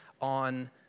on